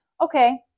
okay